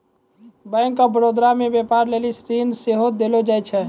bank of Baroda मे व्यपार लेली ऋण सेहो देलो जाय छै